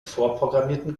vorprogrammierten